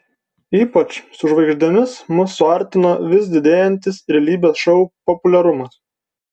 ypač su žvaigždėmis mus suartino vis didėjantis realybės šou populiarumas